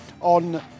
on